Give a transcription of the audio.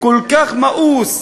כל כך מאוס